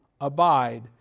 abide